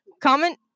comment